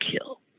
kill